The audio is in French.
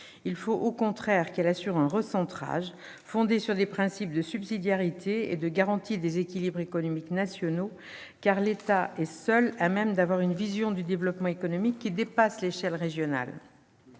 Il faut au contraire un recentrage fondé sur les principes de subsidiarité et de garantie des équilibres économiques nationaux, car l'État est le seul à même d'avoir une vision du développement économique qui dépasse l'échelle régionale.